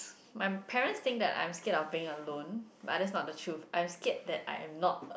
my parents think that I'm scared of being alone but that's not the truth I scared that I'm not